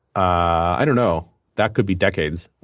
i don't know. that could be decades,